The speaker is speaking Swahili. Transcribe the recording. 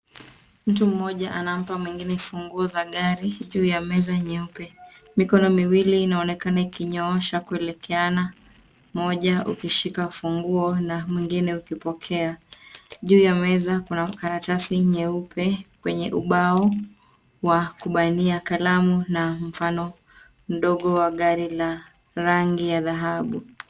Mtu mmoja anampa mwingine funguo za gari juu ya meza nyeupe. Mikono miwili inaonekana ikinyooshana kuelekeana , mmoja ukishika funguo na mwingine ukipokea. Juu ya meza kuna karatasi nyeupe kwenye ubao wa kubania kalamu na mfano mdogo wa gari la rangi ya dhahabu.